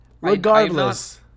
Regardless